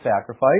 sacrifice